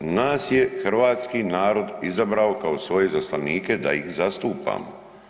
Nas je hrvatski narod izabrao kao svoje izaslanike da ih zastupamo.